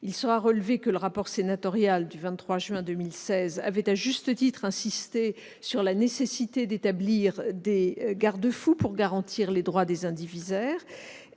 Il sera relevé que le rapport sénatorial du 23 juin 2016 avait, à juste titre, insisté sur la nécessité d'établir des garde-fous pour garantir les droits des indivisaires